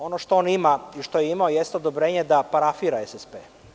Ono što on ima i što je imao jeste odobrenje da parafira SSP.